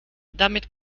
damit